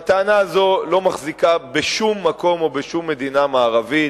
והטענה הזו לא מחזיקה בשום מקום או בשום מדינה מערבית,